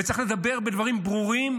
וצריך לדבר בדברים ברורים,